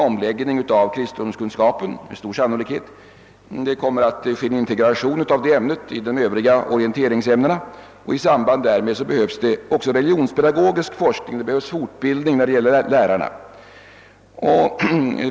Det kommer med stor sannolikhet att ske en omläggning av kristendomsundervisningen; detta ämne kommer att integreras med orienteringsämnena, och i samband därmed behövs det också religionspedagogisk forskning för fortbildning av lärarna.